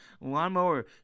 lawnmower